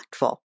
impactful